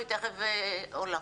היא תכף עולה.